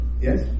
Yes